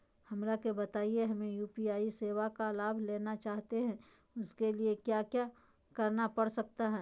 हमरा के बताइए हमें यू.पी.आई सेवा का लाभ लेना चाहते हैं उसके लिए क्या क्या करना पड़ सकता है?